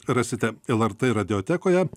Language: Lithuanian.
rasite lrt radiotekoje